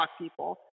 people